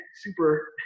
super